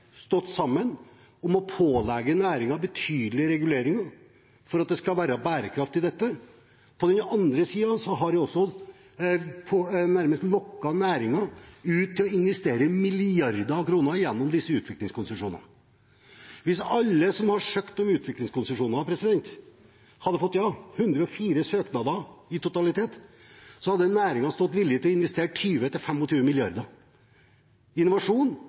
stått sammen om å pålegge næringen betydelige reguleringer for at det skal være bærekraft i dette. På den andre siden har man også nærmest lokket næringen til å investere milliarder av kroner gjennom disse utviklingskonsesjonene. Hvis alle som har søkt om utviklingskonsesjoner, hadde fått ja – 104 søknader totalt – hadde næringen vært villig til å investere 20–25 mrd. kr, til innovasjon